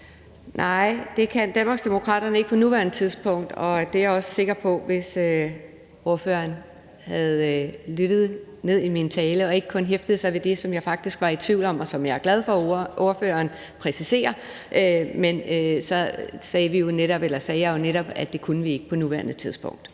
Nej, det kan Danmarksdemokraterne ikke på nuværende tidspunkt. Jeg er også sikker på, at hvis ordføreren havde lyttet ned i min tale og ikke kun hæftet sig ved det, som jeg faktisk var i tvivl om, og som jeg er glad for at ordføreren præciserer, så ville hun have hørt, at jeg jo netop sagde, at det kunne vi ikke på nuværende tidspunkt.